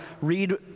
read